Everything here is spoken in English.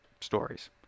stories